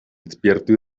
despierto